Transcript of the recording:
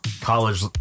college